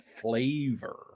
flavor